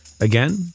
Again